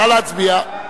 נא להצביע.